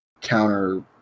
counter